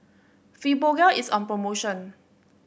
Fibogel is on promotion